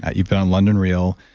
ah you've been on london real,